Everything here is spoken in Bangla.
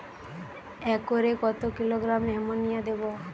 একরে কত কিলোগ্রাম এমোনিয়া দেবো?